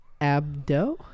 Abdo